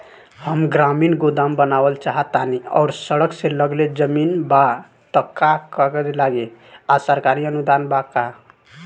हम ग्रामीण गोदाम बनावल चाहतानी और सड़क से लगले जमीन बा त का कागज लागी आ सरकारी अनुदान बा का?